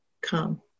come